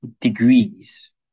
degrees